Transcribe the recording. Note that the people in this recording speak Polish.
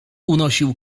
unosił